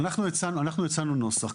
אנחנו הצענו נוסח.